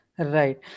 Right